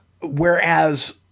whereas